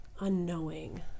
unknowing